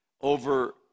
over